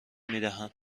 میدهند